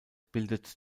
bildet